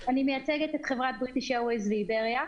את חברת "בריטיש אירוויס" ו"איבריה",